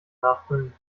nachfüllen